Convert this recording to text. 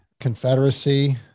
Confederacy